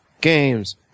games